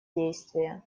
действия